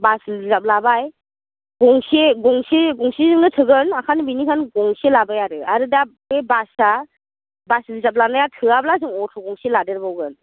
बास reserve लाबाय गंसे गंसे गंसेजोंनो थोगोन बेखायनो बेनिखायनो गंसे लाबाय आरो आरो दा बे बासा बास रिजार्ब लानाया थोआबा जों अट' गंसे लादेरबावगोन